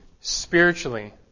spiritually